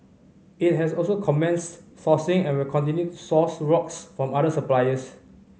it has also commenced sourcing and will continue to source rocks from other suppliers